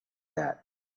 that